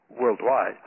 worldwide